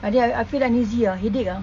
adik I feel uneasy ah headache ah